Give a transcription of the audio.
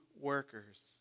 workers